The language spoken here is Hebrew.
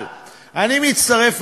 אבל אני מצטרף,